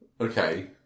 Okay